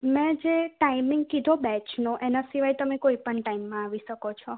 મેં જે ટાઈમિંગ કીધો બેચનો એના સિવાય તમે કોઈ પણ ટાઇમમાં આવી શકો છો